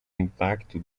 impacto